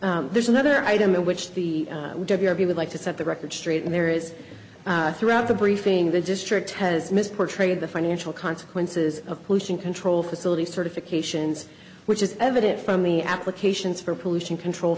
cost there's another item in which the people like to set the record straight and there is throughout the briefing the district has missed portrayed the financial consequences of pollution control facilities certifications which is evident from the applications for pollution control